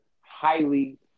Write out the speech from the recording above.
highly